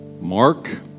Mark